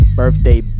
birthday